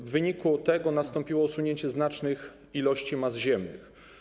W wyniku tego nastąpiło osunięcie znacznych ilości mas ziemnych.